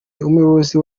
umuyobozi